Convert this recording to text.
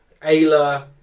Ayla